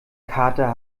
kater